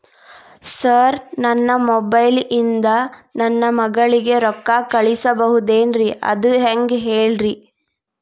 sir ನನ್ನ mobile ಇಂದ ನನ್ನ ಮಗಳಿಗೆ ರೊಕ್ಕಾ ಕಳಿಸಬಹುದೇನ್ರಿ ಅದು ಹೆಂಗ್ ಹೇಳ್ರಿ